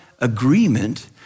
agreement